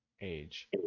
age